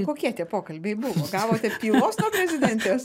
kokie tie pokalbiai buvo gavote pylos nuo prezidentės